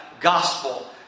gospel